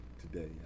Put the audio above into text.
today